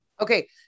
Okay